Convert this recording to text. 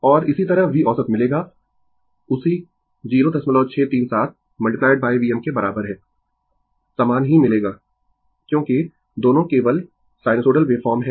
और इसी तरह V औसत मिलेगा उसी 0637 Vm के बराबर है समान ही मिलेगा क्योंकि दोनों केवल साइनसोइडल वेवफॉर्म है